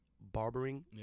barbering